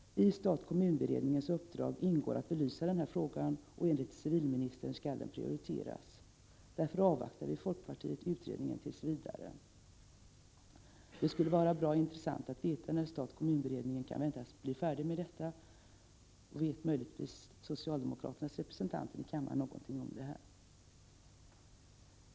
I statkommun-beredningens uppdrag ingår att belysa denna fråga, och enligt civilministern skall den prioriteras. Därför avvaktar vi i folkpartiet utredningen tills vidare. Det skulle vara intressant att få reda på när stat-kommunberedningen kan väntas bli färdig med detta — vet socialdemokraternas representanter i kammaren möjligen någonting om det?